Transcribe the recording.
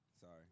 Sorry